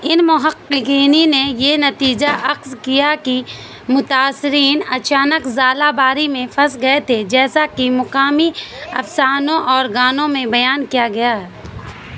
ان محققینی نے یہ نتیجہ اخذ کیا کہ متاثرین اچانک ژالہ باری میں پھنس گئے تھے جیسا کہ مقامی افسانوں اور گانوں میں بیان کیا گیا ہے